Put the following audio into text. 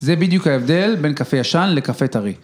זה בדיוק ההבדל בין קפה ישן לקפה טרי.